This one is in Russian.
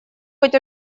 быть